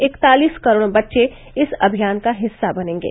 इकतालिस करोड़ बच्चे इस अभियान का हिस्सा बनेंगे